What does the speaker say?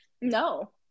No